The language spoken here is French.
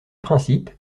principes